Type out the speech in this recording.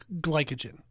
glycogen